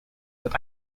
that